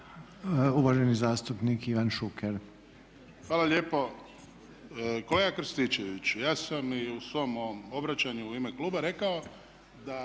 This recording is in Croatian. Šuker. **Šuker, Ivan (HDZ)** Hvala lijepo. Kolega Krstičeviću, ja sam i u svom ovom obraćanju u ime kluba rekao da